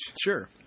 Sure